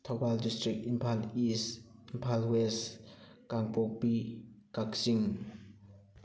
Thoubal district Imphal is Imphal west Kangpokpi Kakching